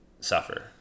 suffer